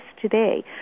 today